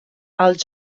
als